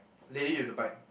lady with the bike